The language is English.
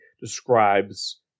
describes